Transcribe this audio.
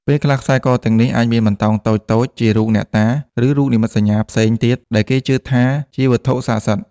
ពេលខ្លះ ខ្សែកទាំងនេះអាចមានបន្តោងតូចៗជារូបអ្នកតា ឬរូបនិមិត្តសញ្ញាផ្សេងទៀតដែលគេជឿថាជាវត្ថុស័ក្តិសិទ្ធិ។